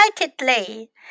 excitedly